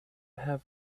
have